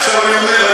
אני אומר,